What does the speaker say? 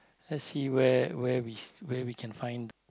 let's see where where we where we can find